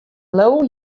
leau